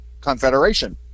confederation